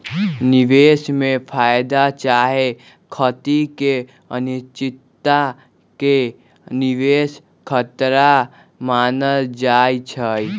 निवेश में फयदा चाहे घटि के अनिश्चितता के निवेश खतरा मानल जाइ छइ